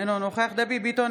אינו נוכח דבי ביטון,